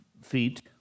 feet